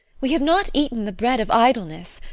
we have not eaten the bread of idleness.